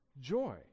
joy